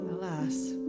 alas